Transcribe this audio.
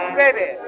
baby